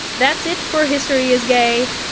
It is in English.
that's it for history is gay.